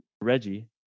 Reggie